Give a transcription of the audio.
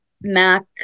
Mac